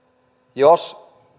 jos